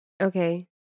Okay